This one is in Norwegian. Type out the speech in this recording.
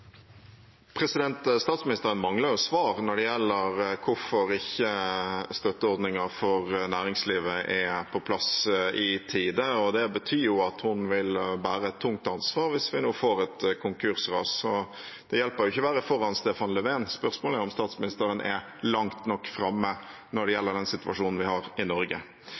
Statsministeren mangler svar når det gjelder hvorfor ikke støtteordninger for næringslivet er på plass i tide. Det betyr at hun vil bære et tungt ansvar hvis vi nå får et konkursras. Det hjelper ikke å være foran Stefan Löfven. Spørsmålet er om statsministeren er langt nok framme når det gjelder den situasjonen vi har i Norge.